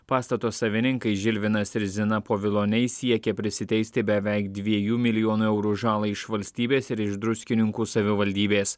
pastato savininkai žilvinas ir zina poviloniai siekia prisiteisti beveik dviejų milijonų eurų žalą iš valstybės ir iš druskininkų savivaldybės